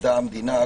במדע המדינה,